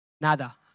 Nada